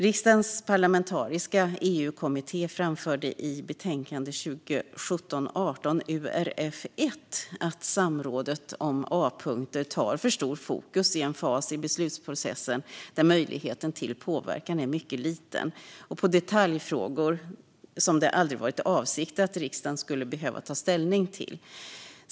Riksdagens parlamentariska EU-kommitté framförde i betänkande 2017/18:URF1 att samrådet om A-punkter tar för stort fokus i en fas i beslutsprocessen där möjligheten till påverkan är mycket liten och där det handlar om detaljfrågor som det aldrig varit avsikt att riksdagen skulle behöva ta ställning till.